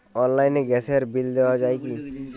অনলাইনে গ্যাসের বিল দেওয়া যায় কি?